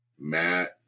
Matt